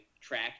track